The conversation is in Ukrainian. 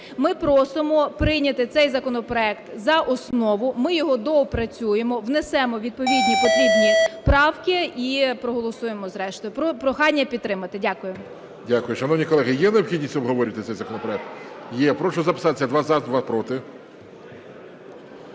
Ми просимо прийняти цей законопроект за основу. Ми його доопрацюємо. Внесемо відповідні потрібні правки і проголосуємо зрештою. Прохання підтримати. Дякую. ГОЛОВУЮЧИЙ. Дякую. Шановні колеги, є необхідність обговорювати цей законопроект? Є. Прошу записатися: два – за, два – проти.